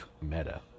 meta